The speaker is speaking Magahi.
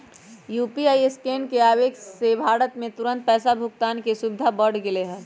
यू.पी.आई स्कैन के आवे से भारत में तुरंत पैसा भुगतान के सुविधा बढ़ गैले है